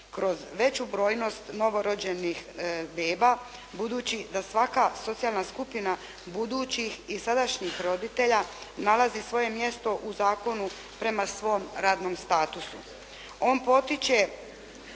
kroz veću brojnost novorođenih beba budući da svaka socijalna skupina budućih i sadašnjih roditelja nalazi svoje mjesto u zakonu prema svom radnom statusu.